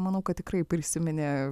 manau kad tikrai prisiminė